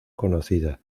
conocida